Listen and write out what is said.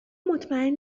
مطمئن